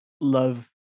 love